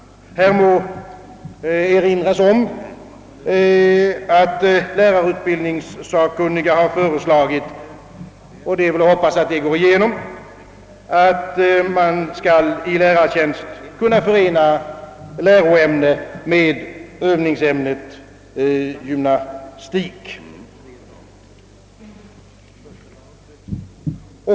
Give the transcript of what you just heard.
Härvidlag må erinras om att lärarutbildningssakkunniga föreslagit — och det är att hoppas att detta förslag går igenom — att man i lärartjänst skall kunna förena läroämne med övningsämnet gymnastik.